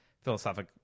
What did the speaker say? philosophic